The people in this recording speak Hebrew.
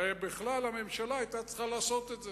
הרי בכלל הממשלה היתה צריכה לעשות את זה.